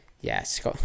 Yes